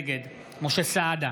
נגד משה סעדה,